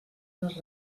les